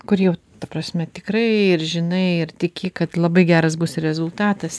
kur jau ta prasme tikrai ir žinai ir tiki kad labai geras bus rezultatas